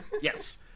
Yes